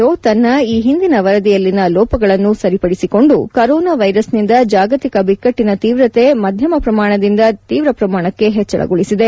ಓ ತನ್ನ ಈ ಹಿಂದಿನ ವರದಿಯಲ್ಲಿನ ಲೋಪಗಳನ್ನು ಸರಿಪದಿಸಿಕೊಂದು ಕರೋನಾ ವೈರಸ್ನಿಂದ ಜಾಗತಿಕ ಬಿಕ್ಕಟ್ಟಿನ ತೀವ್ರತೆ ಮಧ್ಯಮ ಪ್ರಮಾಣದಿಂದ ತೀವ್ರ ಪ್ರಮಾಣಕ್ಕೆ ಹೆಚ್ಚಳಗೊಳಿಸಿದೆ